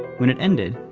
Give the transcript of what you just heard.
when it ended,